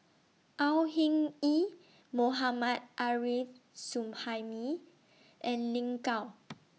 Au Hing Yee Mohammad Arif Suhaimi and Lin Gao